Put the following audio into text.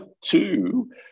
two